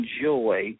enjoy